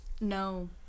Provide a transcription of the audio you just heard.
No